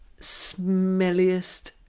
smelliest